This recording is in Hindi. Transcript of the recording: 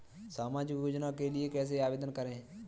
सामाजिक योजना के लिए कैसे आवेदन करें?